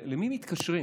למי מתקשרים?